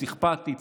אכפתי,